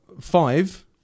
five